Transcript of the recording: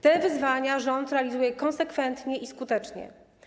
Te wyzwania rząd realizuje konsekwentnie i skutecznie.